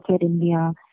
India